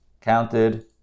counted